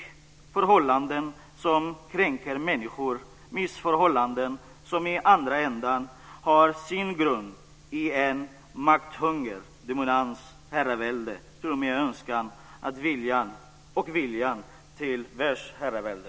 Det är förhållanden som kränker människor. Det är missförhållanden som i andra ändan har sin grund i en makthunger och en strävan efter dominans och herravälde. Det finns t.o.m. en önskan om och vilja till världsherravälde.